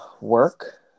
work